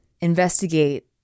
investigate